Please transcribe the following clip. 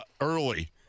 early